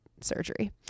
surgery